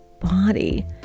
body